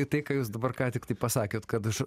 į tai ką jūs dabar ką tiktai pasakėt kad aš